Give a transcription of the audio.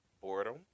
boredom